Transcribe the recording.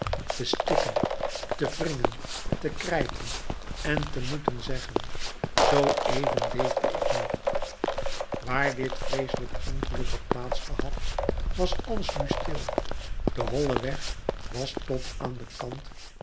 te stikken te wringen te krijten en te moeten zeggen zooeven leefde ik nog waar dit vreeselijk ongeluk had plaats gehad was alles nu stil de holle weg was tot aan den kant